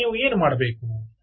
ಈಗ ನೀವು ಏನು ಮಾಡಬೇಕು